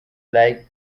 like